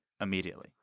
immediately